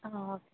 आं